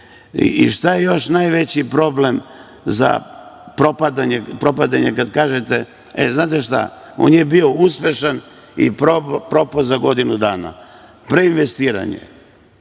Šta je još najveći problem za propadanje, kada kažete – e, znate šta, on je bio uspešan i propao za godinu dana. Danas velika